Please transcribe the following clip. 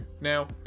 now